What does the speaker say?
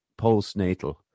postnatal